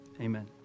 Amen